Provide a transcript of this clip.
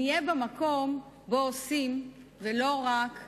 נהיה במקום שבו עושים ולא רק מדברים.